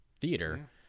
theater